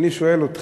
אני שואל אתכם,